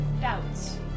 doubts